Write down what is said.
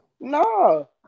No